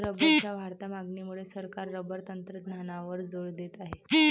रबरच्या वाढत्या मागणीमुळे सरकार रबर तंत्रज्ञानावर जोर देत आहे